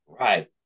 right